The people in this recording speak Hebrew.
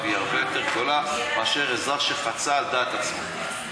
היא הרבה יותר גדולה מאשר לאזרח שחצה על דעת עצמו,